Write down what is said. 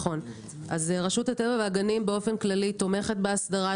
אז רשות הטבע והגנים באופן כללי תומכת בהסדרה.